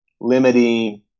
limiting